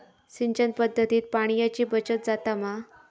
सिंचन पध्दतीत पाणयाची बचत जाता मा?